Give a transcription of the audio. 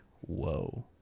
whoa